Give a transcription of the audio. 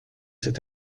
cette